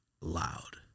loud